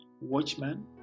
watchman